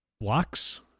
blocks